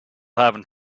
having